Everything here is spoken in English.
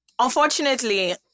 Unfortunately